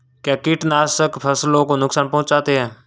क्या कीटनाशक फसलों को नुकसान पहुँचाते हैं?